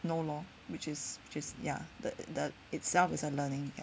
no lor which is which is ya the itself is a learning